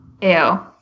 Ew